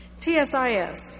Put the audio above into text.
TSIS